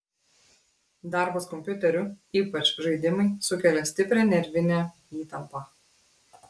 darbas kompiuteriu ypač žaidimai sukelia stiprią nervinę įtampą